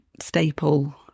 staple